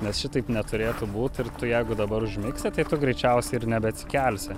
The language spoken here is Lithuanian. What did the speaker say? nes šitaip neturėtų būt ir tu jeigu dabar užmigsi tai greičiausiai ir nebeatsikelsi